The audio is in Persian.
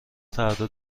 فردا